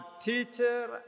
teacher